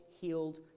healed